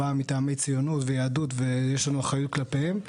היא באה מטעמי ציונות ויהדות ויש לנו אחריות כלפיהם.